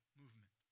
movement